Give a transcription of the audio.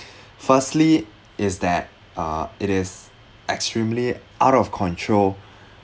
firstly is that uh it is extremely out of control